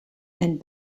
and